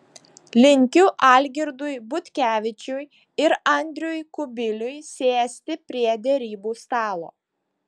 linkiu algirdui butkevičiui ir andriui kubiliui sėsti prie derybų stalo